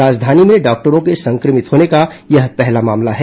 राजधानी में डॉक्टरों के संक्रमित होने का यह पहला मामला है